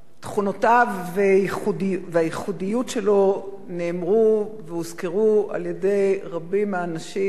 תכונותיו והייחודיות שלו נאמרו והוזכרו על-ידי רבים מהאנשים,